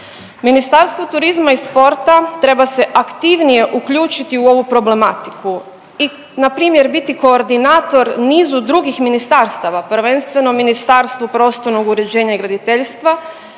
Ministarstvo turizma i sporta treba se aktivnije uključiti u ovu problematiku i npr. biti koordinator nizu drugih ministarstava prvenstveno Ministarstvu prostornog uređenja i graditeljstva